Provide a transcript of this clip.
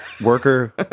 worker